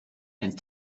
and